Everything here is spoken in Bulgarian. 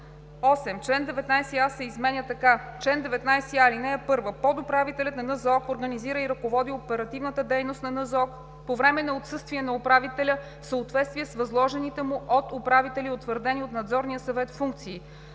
8. Чл. 19а се изменя така: „Чл. 19а. (1) Подуправителят на НЗОК организира и ръководи оперативната дейност на НЗОК по време на отсъствие на управителя в съответствие с възложените му от управителя и утвърдени от Надзорния съвет функции.